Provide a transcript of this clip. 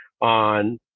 on